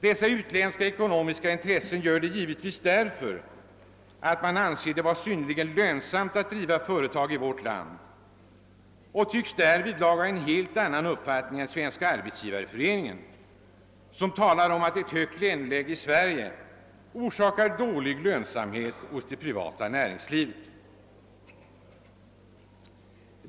Dessa utländska ekonomiska intressenter gör givetvis detta därför att de anser det vara synnerligen lönsamt att driva företag i vårt land. De tycks därvidlag ha en helt annan uppfattning än Svenska arbetsgivareföreningen, som talar om att ett högt löneläge i Sverige orsakar dålig lönsamhet hos det privata näringslivet.